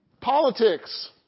Politics